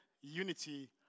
unity